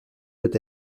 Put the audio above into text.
peut